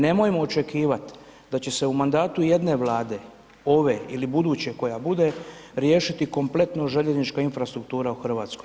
Nemojmo očekivati da će se u mandatu jedne Vlade, ove ili buduće koja bude, riješiti kompletna željeznička infrastruktura u Hrvatskoj.